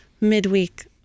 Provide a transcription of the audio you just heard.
midweek